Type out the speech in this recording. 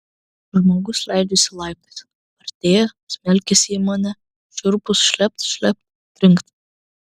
žmogus leidžiasi laiptais artėja smelkiasi į mane šiurpus šlept šlept trinkt